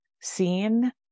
seen